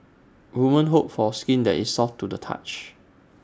women hope for skin that is soft to the touch